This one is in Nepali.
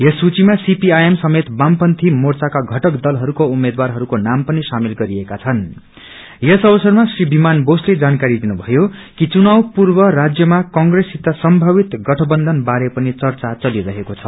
यस सूचीमा सीपीआईएम समेत वामपंथी मोर्चाका घटक दलहरूका उम्मेद्वारहरूको नाम पनि सामेल गरिएका छन्ं यस अवसरमा श्री विमान बोसले जानकारी दिनुभयो कि चुनाव पूर्व राज्यमा कंग्रेस सित संभावित गठबन्धन बारे पनि चर्चा चलिरहेको छ